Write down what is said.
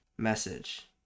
Message